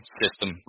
system